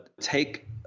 take